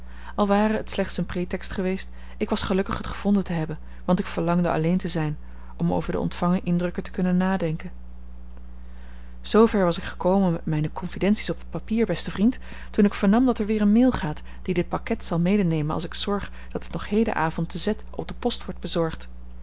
al ware het slechts een pretext geweest ik was gelukkig het gevonden te hebben want ik verlangde alleen te zijn om over de ontvangen indrukken te kunnen nadenken zoover was ik gekomen met mijne confidenties op het papier beste vriend toen ik vernam dat er weer een mail gaat die dit pakket zal medenemen als ik zorg dat het nog hedenavond te z op de post wordt bezorgd